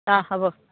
অঁ হ'ব